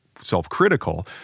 self-critical